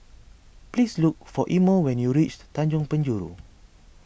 please look for Imo when you reach Tanjong Penjuru